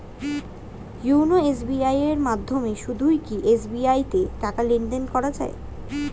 YONO SBI এর মাধ্যমে শুধুই কি এস.বি.আই তে টাকা লেনদেন করা যায়?